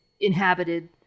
inhabited